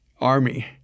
army